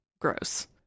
Gross